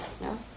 No